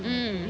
mm